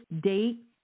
date